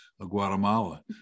Guatemala